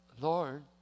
Lord